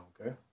okay